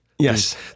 Yes